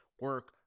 Work